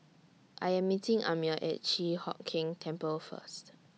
I Am meeting Amir At Chi Hock Keng Temple First